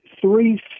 three